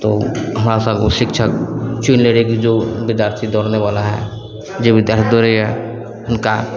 तऽ ओ हमरा सभकेँ शिक्षक चुनि लै रहै कि जो विद्यार्थी दौड़नेवाला है जे विद्यार्थी दौड़ैए हुनका